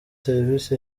servisi